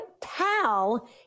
pal